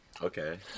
okay